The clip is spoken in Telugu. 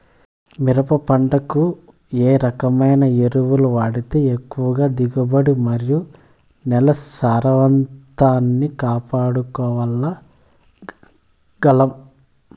మిరప పంట కు ఏ రకమైన ఎరువులు వాడితే ఎక్కువగా దిగుబడి మరియు నేల సారవంతాన్ని కాపాడుకోవాల్ల గలం?